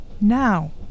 Now